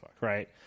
Right